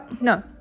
no